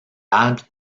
alpes